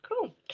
Cool